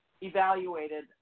evaluated